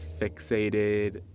fixated